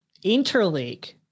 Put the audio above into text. interleague